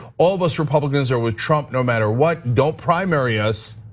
all of us republicans are with trump no matter what, don't primary us,